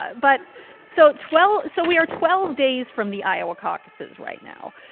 but so twelve so we are twelve days from the iowa caucuses right now.